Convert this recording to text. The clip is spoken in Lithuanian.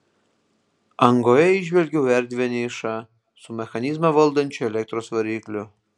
angoje įžvelgiau erdvią nišą su mechanizmą valdančiu elektros varikliu